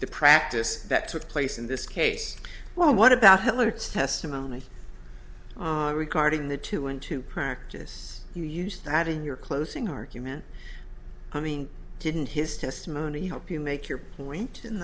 the practice that took place in this case well what about heller testimony regarding the two into practice you use that in your closing argument coming to in his testimony help you make your point in